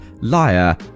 liar